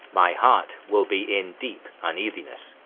my heart will be in deep uneasiness.